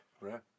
Right